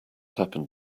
happened